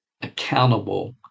accountable